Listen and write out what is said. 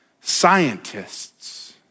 scientists